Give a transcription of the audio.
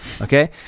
okay